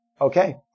okay